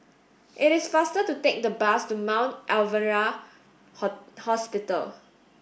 it is faster to take the bus to Mount Alvernia Hospital